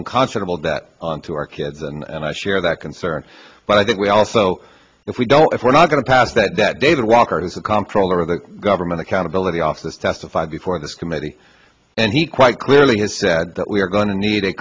unconscionable that onto our kids and i share that concern but i think we also if we don't if we're not going to pass that that david walker has a contra with the government accountability office testified before this committee and he quite clearly has said that we are going to need a